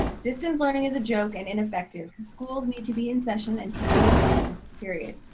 distance learning is a joke and ineffective. and schools need to be in session and teaching in person, period.